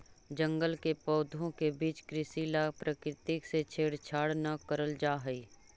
जंगल के पौधों के बीच कृषि ला प्रकृति से छेड़छाड़ न करल जा हई